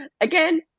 again